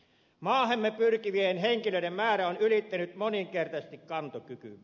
maahamme pyrkivien henkilöiden määrä on ylittänyt moninkertaisesti kantokykymme